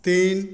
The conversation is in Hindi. तीन